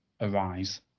arise